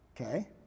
Okay